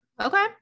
Okay